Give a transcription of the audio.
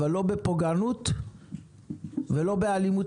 אבל לא בפוגענות ולא באלימות